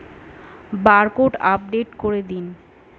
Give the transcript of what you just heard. Barcode update করে দিন?